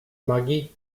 magii